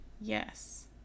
Yes